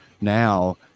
now